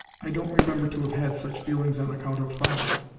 i don't remember to have had such feelings on account of father.